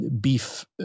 beef